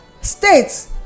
states